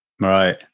Right